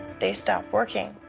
they stop working.